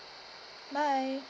bye